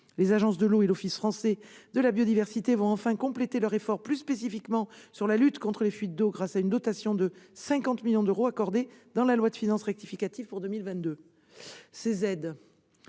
Les agences de l'eau et l'Office français de la biodiversité vont enfin faire porter leur effort plus spécifiquement sur la lutte contre les fuites d'eau, grâce à une dotation de 50 millions d'euros accordée dans la loi de finances rectificative pour 2022.